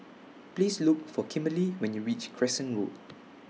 Please Look For Kimberley when YOU REACH Crescent Road